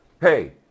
Hey